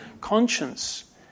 conscience